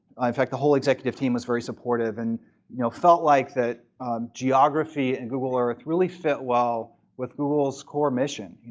in fact, the whole executive team was very supportive and you know felt like geography and google earth really fit well with google's core mission,